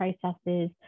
processes